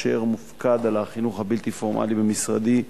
אשר מופקד על החינוך הבלתי פורמלי במשרדי,